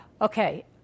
okay